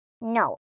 No